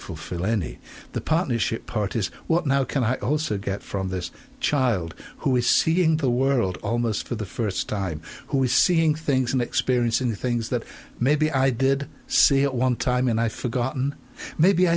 fulfill any partnership part is what now can i also get from this child who is seeing the world almost for the first time who is seeing things and experiencing things that maybe i did see one time and i forgotten maybe i